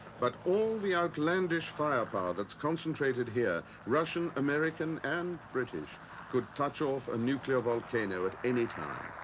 but all the outlandish firepower that's concentrated here russian, american, and british could touch off a nuclear volcano at any time.